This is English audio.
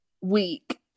week